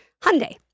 Hyundai